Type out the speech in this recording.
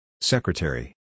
Secretary